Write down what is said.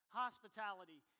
hospitality